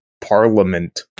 Parliament